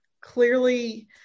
Clearly